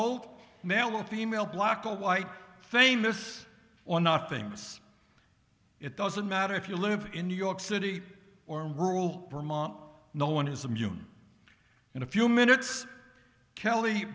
old male or female black or white famous or nothingness it doesn't matter if you live in new york city or rural vermont no one is immune in a few minutes kelly